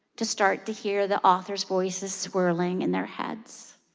to start to hear the authors' voices swirling in their heads.